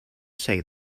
say